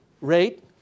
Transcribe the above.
rate